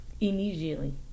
Immediately